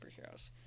superheroes